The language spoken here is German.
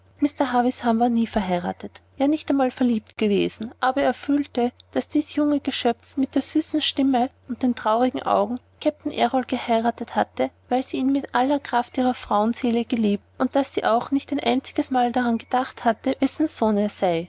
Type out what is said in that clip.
mr havisham war nie verheiratet ja nicht einmal verliebt gewesen aber er fühlte das dies junge geschöpf mit der süßen stimme und den traurigen augen kapitän errol geheiratet hatte weil sie ihn mit aller kraft ihrer frauenseele geliebt und daß sie auch nicht ein einzigmal daran gedacht hatte wessen sohn er sei